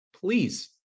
please